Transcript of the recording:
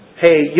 Hey